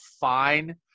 fine